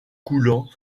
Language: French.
coulant